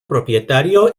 propietario